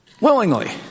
Willingly